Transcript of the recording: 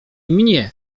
mnie